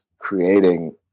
creating